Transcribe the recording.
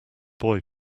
boy